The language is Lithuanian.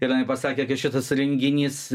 ir jinai pasakė kad šitas renginys